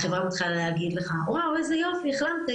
החברה מתחילה להגיד לך "איזה יופי החלמת,